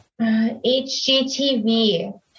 HGTV